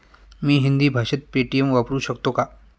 मी हिंदी भाषेत पेटीएम वापरू शकतो का?